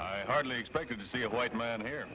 i hardly expected to see a white man here